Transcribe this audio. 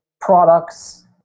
products